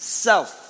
self